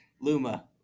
Luma